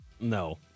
No